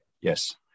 yes